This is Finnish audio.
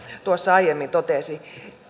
tuossa aiemmin totesi